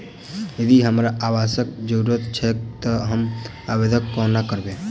यदि हमरा आवासक जरुरत छैक तऽ हम आवेदन कोना करबै?